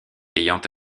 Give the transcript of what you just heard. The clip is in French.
ayant